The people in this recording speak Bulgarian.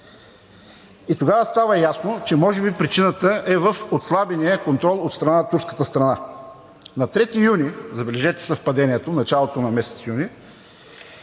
и тогава става ясно, че може би причината е в отслабения контрол от страна на турската страна. На 3 юни, забележете съвпадението – в началото на месец юни